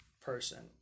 person